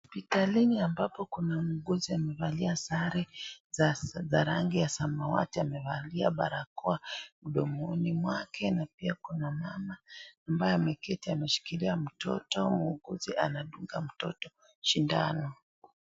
Hospitalini ambapo kuna mhuguzi amevalia sare za rangi ya samawati, amevalia barakoa mdomoni mwake. Pia kuna mama ambaye ameketi na ameshikilia mtoto. Mhuguzi anamdunga mtoto sindano.